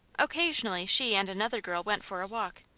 occasionally she and another girl went for a walk.